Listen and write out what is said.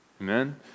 Amen